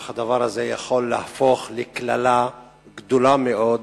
אך הדבר הזה יכול להפוך לקללה גדולה מאוד